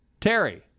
Terry